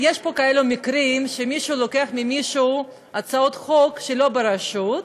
יש פה כאלה מקרים שמישהו לוקח ממישהו הצעות חוק שלא ברשות.